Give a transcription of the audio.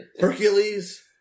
Hercules